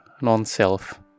non-self